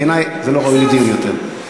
בעיני זה לא ראוי לדיון יותר.